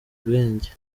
ubwenge